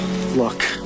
look